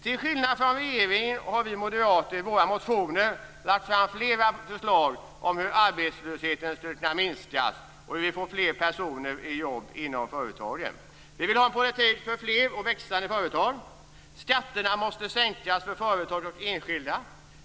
Till skillnad från regeringen har vi moderater i våra motioner lagt fram flera förslag om hur arbetslösheten skulle kunna minskas, så att det blir fler personer i jobb inom företagen. Vi vill ha en politik för fler och växande företag. Skatterna måste sänkas för företag och enskilda.